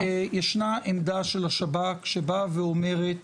שישנה עמדה של השב"כ שבאה ואומרת